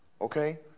Okay